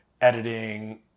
editing